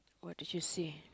what did you see